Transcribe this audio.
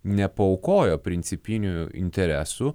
nepaaukojo principinių interesų